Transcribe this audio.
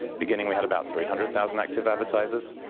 beginning we had about three hundred thousand active advertisers.